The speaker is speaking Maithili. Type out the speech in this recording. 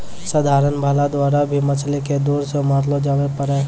साधारण भाला द्वारा भी मछली के दूर से मारलो जावै पारै